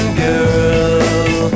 girl